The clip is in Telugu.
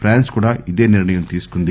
ప్రాన్స్ కూడా ఇదే నిర్ణయం తీసుకుంది